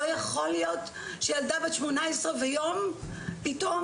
לא יכול להיות שילדה בת 18 ויום פתאום